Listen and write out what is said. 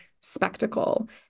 spectacle